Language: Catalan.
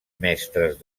mestres